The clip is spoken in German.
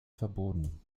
verboten